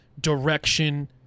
direction